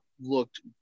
looked